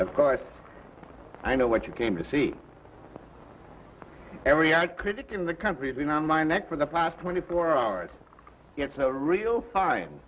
of course i know what you came to see every art critic in the country been on my neck for the past twenty four hours it's a real fin